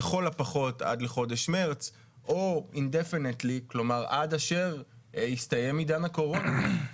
לכל הפחות עד לחודש מרץ או עד אשר יסתיים עידן הקורונה.